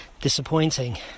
Disappointing